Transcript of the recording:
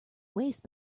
waste